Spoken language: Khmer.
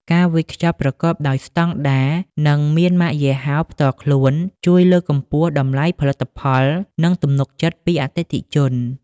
ការវេចខ្ចប់ប្រកបដោយស្ដង់ដារ និងមានម៉ាកយីហោផ្ទាល់ខ្លួន ជួយលើកកម្ពស់តម្លៃផលិតផល និងទំនុកចិត្តពីអតិថិជន។